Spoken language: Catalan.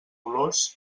olors